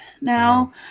now